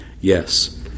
Yes